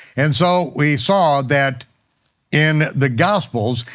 and so we saw that in the gospels,